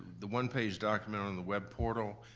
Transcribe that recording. the one-page document on the web portal,